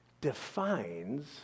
defines